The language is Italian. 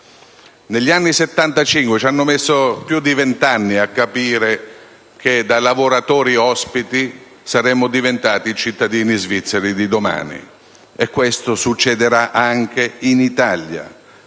e poi andate via. Hanno impiegato più di vent'anni a capire che da lavoratori ospiti saremmo diventati i cittadini svizzeri di domani, e questo succederà anche in Italia,